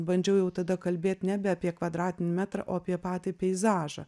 bandžiau jau tada kalbėt nebe apie kvadratinį metrą o apie patį peizažą